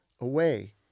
away